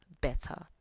better